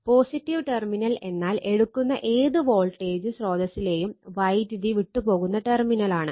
positive terminal എന്നാൽ എടുക്കുന്ന ഏത് വോൾട്ടേജ് സ്രോതസ്സിലേയും വൈദ്യുതി വിട്ട് പോകുന്ന ടെർമിനൽ ആണ്